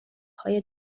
های